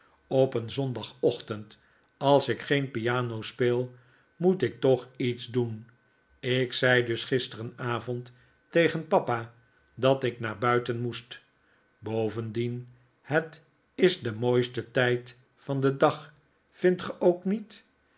op een zondagochtend als ik geen piano speel moet ik toch iets doen ik zei dus gisteravond tegen papa dat ik naar buiten moest bovendien het is de mooiste tijd van den dag vindt ge ook niet